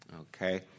okay